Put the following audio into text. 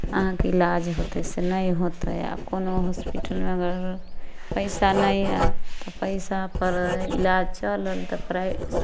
अहाँके इलाज हौते से नहि हौते आ कोनो हॉस्पिटलमे अगर पैसा नहि हइ तऽ पैसापर इलाज चलल तऽ प्राइ